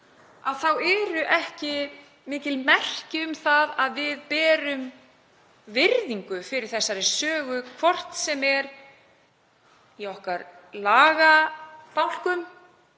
það eru ekki mikil merki um að við berum virðingu fyrir þeirri sögu, hvort sem er í lagabálkum